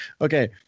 Okay